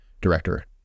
director